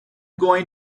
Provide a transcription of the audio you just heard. going